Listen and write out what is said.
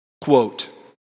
Quote